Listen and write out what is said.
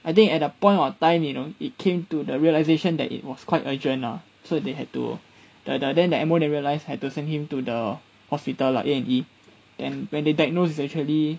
I think at that point of time you know it came to the realization that it was quite urgent lah so they had to the the then the M_O then realise had to send him to the hospital lah A&E then when they diagnose it's actually